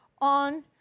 on